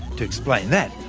to explain that,